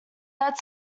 that